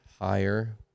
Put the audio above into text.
higher